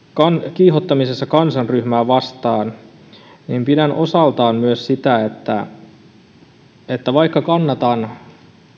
kiihottamisessa kansanryhmää vastaan pidän osaltaan myös sitä että että vaikka kannatan